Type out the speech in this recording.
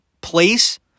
place